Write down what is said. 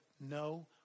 No